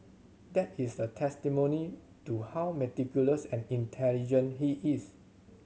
that is a testimony to how meticulous and intelligent he is